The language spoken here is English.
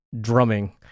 drumming